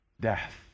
death